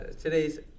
Today's